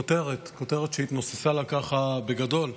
כותרת, כותרת שהתנוססה לה ככה בגדול,